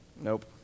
Nope